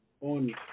on